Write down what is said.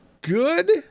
good